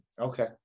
Okay